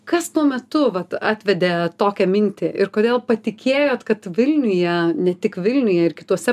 kas tuo metu vat atvedė tokią mintį ir kodėl patikėjot kad vilniuje ne tik vilniuje ir kituose